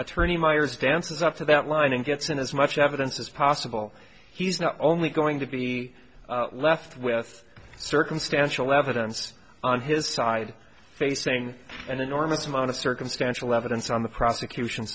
attorney myers dances up to that line and gets in as much evidence as possible he's not only going to be left with circumstantial evidence on his side facing an enormous amount of circumstantial evidence on the prosecution